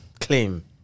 claim